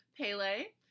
Pele